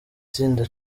itsinda